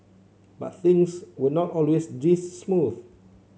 but things were not always this smooth